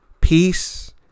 peace